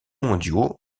mondiaux